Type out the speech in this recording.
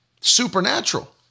Supernatural